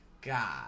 God